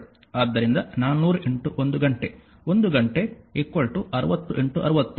ಆದ್ದರಿಂದ 400 1 ಗಂಟೆ 1 ಗಂಟೆ 60 60